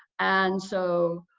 and so,